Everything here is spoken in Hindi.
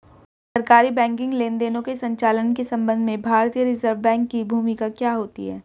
सरकारी बैंकिंग लेनदेनों के संचालन के संबंध में भारतीय रिज़र्व बैंक की भूमिका क्या होती है?